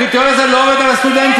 הקריטריון הזה לא עובד על הסטודנטים,